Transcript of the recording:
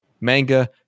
manga